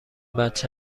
بچه